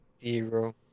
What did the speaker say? zero